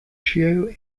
joe